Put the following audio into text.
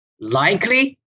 likely